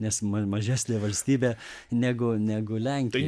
nes ma mažesnė valstybė negu negu lenkija